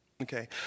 Okay